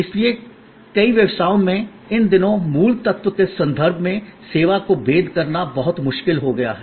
इसलिए कई व्यवसायों में इन दिनों मूल तत्व के संदर्भ में सेवा को भेद करना बहुत मुश्किल हो गया है